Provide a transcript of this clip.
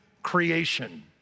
creation